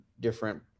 different